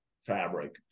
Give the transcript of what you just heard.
fabric